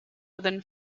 within